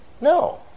No